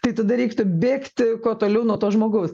tai tada reiktų bėgti kuo toliau nuo to žmogaus